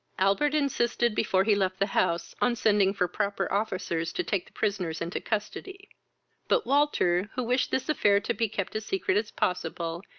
albert insisted, before he left the house, on sending for proper officers to take the prisoners into custody but walter, who wished this affair to be kept as secret as possible,